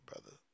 brother